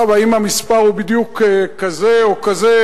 עכשיו, האם המספר הוא בדיוק כזה או כזה?